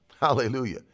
Hallelujah